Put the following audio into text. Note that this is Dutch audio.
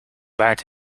baard